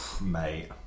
mate